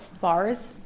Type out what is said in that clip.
Bars